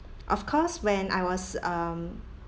of course when I was um